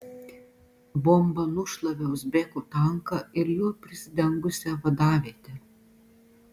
bomba nušlavė uzbekų tanką ir juo prisidengusią vadavietę